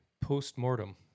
Post-mortem